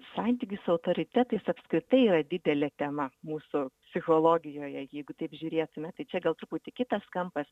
santykis su autoritetais apskritai yra didelė tema mūsų psichologijoje jeigu taip žiūrėtume tai čia gal truputį kitas kampas